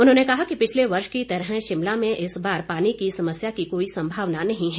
उन्होंने कहा कि पिछले वर्ष की तरह शिमला में इस बार पानी की समस्या की कोई संभावना नहीं है